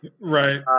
Right